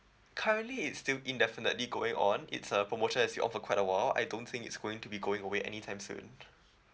currently it's still indefinitely going on it's a promotion as we offer quite a while I don't think it's going to be going away anytime soon